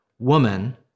Woman